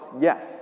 Yes